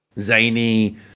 zany